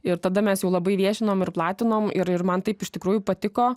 ir tada mes jau labai viešinom ir platinom ir ir man taip iš tikrųjų patiko